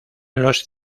los